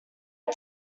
are